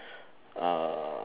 uh